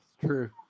true